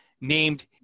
named